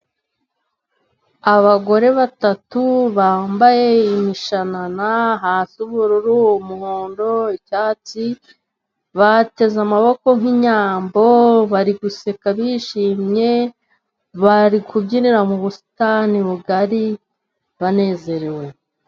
Abagore batatu bambaye imishanana, hasi ubururu, umuhondo, icyatsi, bateze amaboko nk'inyambo bari guseka bishimye. Bari kubyinira mu busitani bugari banezerewe.